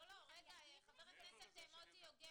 לא, רגע, חבר הכנסת מוטי יוגב.